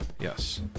Yes